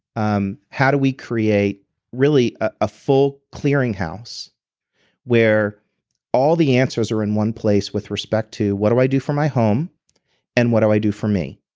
um how do we create really a full clearing house where all the answers are in one place with respect to, what do i do for my home and what do i do for me?